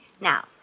Now